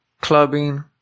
clubbing